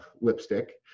lipstick